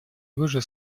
оружия